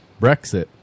Brexit